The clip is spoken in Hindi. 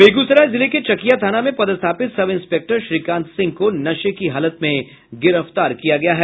बेगूसराय जिले के चकिया थाना में पदस्थापित सब इंस्पेक्टर श्रीकांत सिंह को नशे की हालत में गिरफ्तार किया गया है